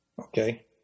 Okay